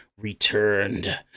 returned